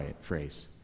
phrase